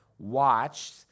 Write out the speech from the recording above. watched